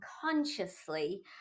consciously